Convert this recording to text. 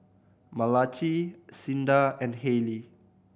Malachi Cinda and Haylie